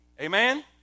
Amen